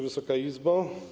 Wysoka Izbo!